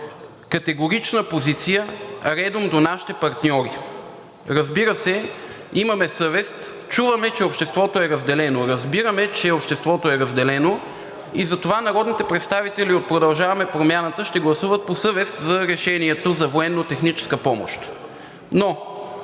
категорична позиция, редом до нашите партньори. Разбира се, имаме съвест, чуваме, че обществото е разделено, разбираме, че обществото е разделено и затова народните представители от „Продължаваме Промяната“ ще гласуват по съвест за решението за военно-техническа помощ. Но